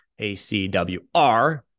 ACWR